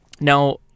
Now